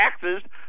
taxes